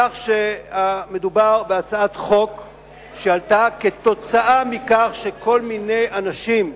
כך שמדובר בהצעת חוק שעלתה עקב כך שכל מיני אנשים,